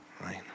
Right